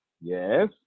Yes